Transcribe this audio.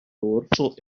dorso